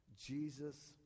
Jesus